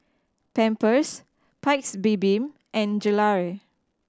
Pampers Paik's Bibim and Gelare